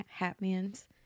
hatmans